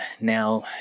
now